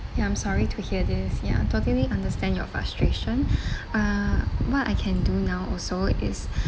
ya I'm sorry to hear this ya totally understand your frustration uh what I can do now also is